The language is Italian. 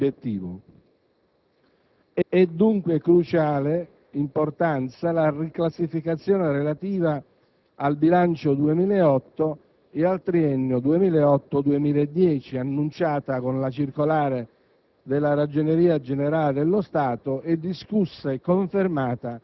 attraverso la classificazione funzionale delle funzioni obiettivo. È dunque di cruciale importanza la riclassificazione relativa al bilancio 2008 e al triennio 2008-2010, annunciata con la circolare